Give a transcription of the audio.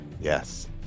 Yes